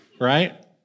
right